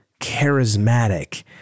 charismatic